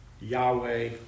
Yahweh